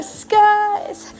skies